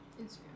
Instagram